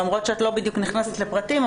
למרות שאת לא בדיוק נכנסת לפרטים,